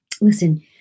Listen